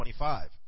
25